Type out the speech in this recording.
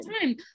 time